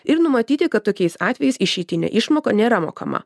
ir numatyti kad tokiais atvejais išeitinė išmoka nėra mokama